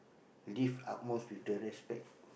live utmost with the respect